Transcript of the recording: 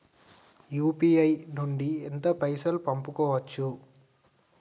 UPI నుండి ఎంత పైసల్ పంపుకోవచ్చు?